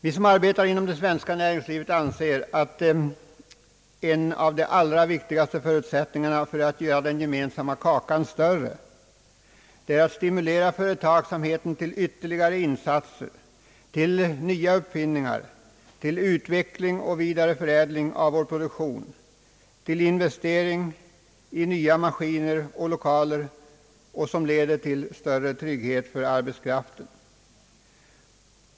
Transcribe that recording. Vi som arbetar inom det svenska näringslivet anser att en av de allra viktigaste förutsättningarna för att göra den gemensamma kakan större är att stimulera företagsamheten till ytterligare insatser, till nya uppfinningar, till ut veckling och vidareförädling av vår produktion, till investering i nya maskiner och lokaler vilket leder till större trygghet för arbetskraften.